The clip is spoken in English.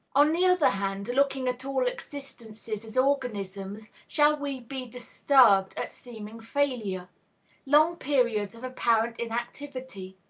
on the other hand, looking at all existences as organisms, shall we be disturbed at seeming failure long periods of apparent inactivity?